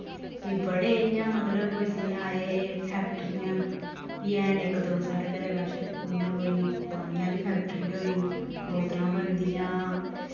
कि बड़े इ'यां मतलब जि'यां एह् फैक्टरियां हैन इक दो साढ़े घरै कच्छ जि'यां कोई पानी आह्ली फैक्ट्री होई बोतलां बनदियां